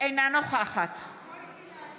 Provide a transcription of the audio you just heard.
נגד רם